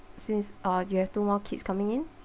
since uh you have two more kids coming in